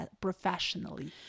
professionally